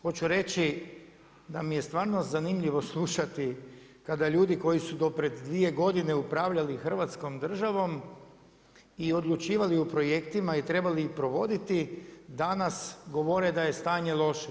Hoću reći da mi je stvarno zanimljivo slušati kada ljudi koji su do pred dvije godine upravljali Hrvatskom državom i odlučivali o projektima i trebali ih provoditi, danas govore da je stanje loše.